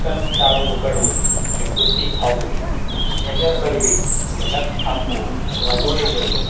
અક્કલનું તાળું ઉકળવું એટલે બુદ્ધિ આવવી નજર કરવી એટલે લક્ષ આપવું અથવા જોઈ લેવું